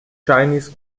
chinese